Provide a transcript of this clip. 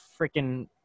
freaking